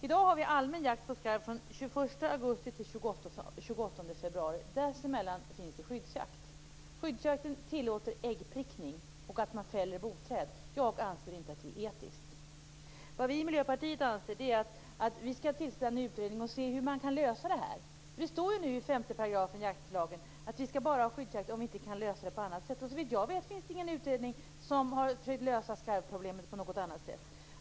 I dag har vi allmän jakt på skarv från den 21 augusti till den 28 februari. Dessemellan finns det skyddsjakt. Skyddsjakten tillåter äggprickning och att man fäller boträd. Jag anser inte att det är etiskt. Vad vi i Miljöpartiet anser är att vi skall tillsätta en utredning och se hur man kan lösa det här. Det står ju nu i 5 § jaktlagen att vi bara skall ha skyddsjakt om vi inte kan lösa det på annat sätt. Såvitt jag vet finns det ingen utredning som har försökt lösa skarvproblemet på något annat sätt.